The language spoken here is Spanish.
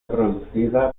producida